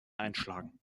einschlagen